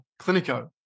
Clinico